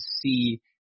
see